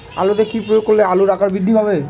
আলুতে কি প্রয়োগ করলে আলুর আকার বৃদ্ধি পাবে?